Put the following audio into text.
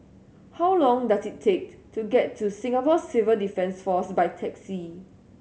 how long does it take to get to Singapore Civil Defence Force by taxi